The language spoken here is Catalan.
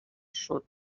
sud